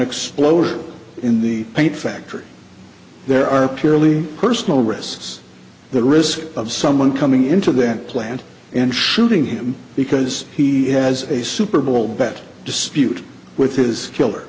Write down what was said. explosion in the paint factory there are purely personal risks the risk of someone coming into that plant and shooting him because he has a super bowl bet dispute with his killer